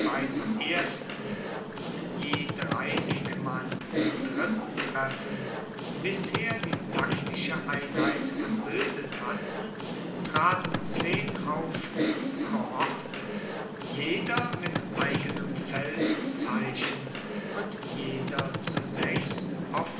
ersten und je mann im dritten treffen bisher die taktische einheit gebildet hatten traten haufen cohortes jeder mit eigenem feldzeichen und jeder zu sechs